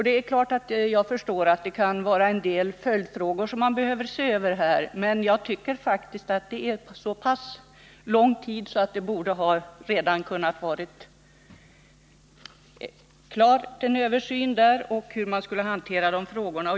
Det är klart att jag förstår att det kan vara en del följdfrågor som man behöver se över, men jag tycker faktiskt att det har förflutit så pass lång tid att det redan borde kunna vara klart med en översyn och ett förslag om hur man skall hantera dessa frågor.